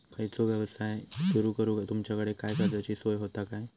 खयचो यवसाय सुरू करूक तुमच्याकडे काय कर्जाची सोय होता काय?